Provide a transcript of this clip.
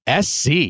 SC